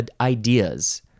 ideas